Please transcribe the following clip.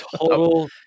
Total